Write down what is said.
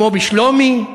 כמו בשלומי,